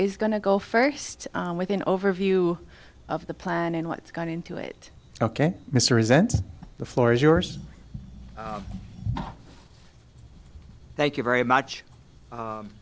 is going to go first with an overview of the plan and what's got into it ok mr resent the floor is yours thank you very much